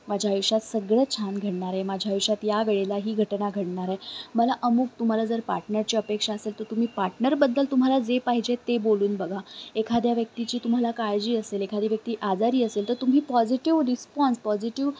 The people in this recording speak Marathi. माझ्या आयुष्यात सगळं छान घडणार आहे माझ्या आयुष्यात या वेळेला ही घटना घडणार आहे मला अमूक तुम्हाला जर पार्टनरची अपेक्षा असेल तर तुम्ही पार्टनरबद्दल तुम्हाला जे पाहिजे ते बोलून बघा एखाद्या व्यक्तीची तुम्हाला काळजी असेल एखादी व्यक्ती आजारी असेल तर तुम्ही पॉझिटिव्ह रिस्पॉन्स पॉझिटिव्ह